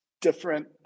different